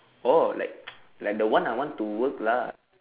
oh like like the one I want to work lah